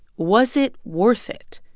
was it worth it?